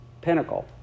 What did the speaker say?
pinnacle